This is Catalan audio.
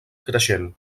creixent